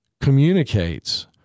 communicates